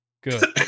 Good